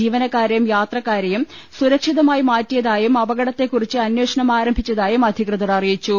ജീവനക്കാരെയും യാത്രക്കാരെയും സുരക്ഷിതമായി മാറ്റിയതായും അപകടത്തെക്കുറിച്ച് അന്വേഷണം ആരംഭി ച്ചതായും അധികൃതർ അറിയിച്ചു